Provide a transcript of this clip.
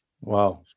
Wow